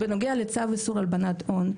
בנוגע לצו איסור הלבנת הון,